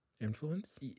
influence